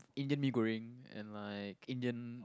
Indian Mee-Goreng and like Indian